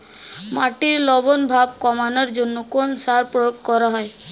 মাটির লবণ ভাব কমানোর জন্য কোন সার প্রয়োগ করা হয়?